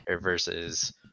versus